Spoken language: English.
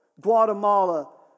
Guatemala